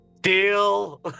deal